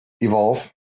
evolve